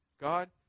God